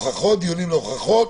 דיונים להוכחות,